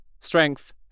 Strength